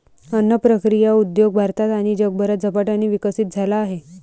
अन्न प्रक्रिया उद्योग भारतात आणि जगभरात झपाट्याने विकसित झाला आहे